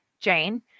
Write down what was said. Jane